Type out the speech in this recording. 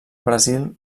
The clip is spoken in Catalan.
brasil